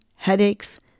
Headaches